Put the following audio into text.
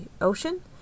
ocean